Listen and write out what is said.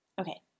Okay